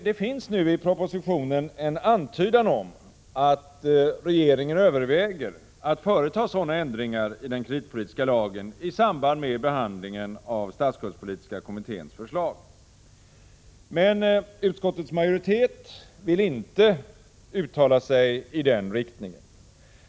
Det finns i propositionen en antydan om att regeringen överväger att företa sådana ändringar i den kreditpolitiska lagen i samband med behandlingen av statsskuldspolitiska kommitténs förslag. Men utskottets majoritet vill inte uttala sig i den riktningen.